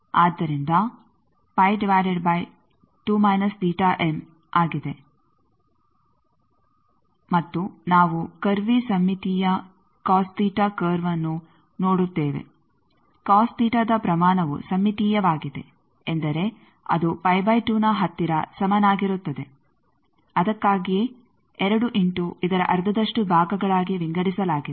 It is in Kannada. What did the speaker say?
ಆದ್ದರಿಂದ ಆಗಿದೆ ಮತ್ತು ನಾವು ಕರ್ವಿ ಸಮ್ಮಿತೀಯ ಕರ್ವ್ ಅನ್ನು ನೋಡುತ್ತೇವೆ ದ ಪ್ರಮಾಣವು ಸಮ್ಮಿತೀಯವಾಗಿದೆ ಎಂದರೆ ಅದು ನ ಹತ್ತಿರ ಸಮನಾಗಿರುತ್ತದೆ ಅದಕ್ಕಾಗಿಯೇ 2 ಇಂಟು ಇದರ ಅರ್ಧದಷ್ಟು ಭಾಗಗಳಾಗಿ ವಿಂಗಡಿಸಲಾಗಿದೆ